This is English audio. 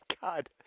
God